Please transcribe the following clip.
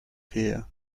fear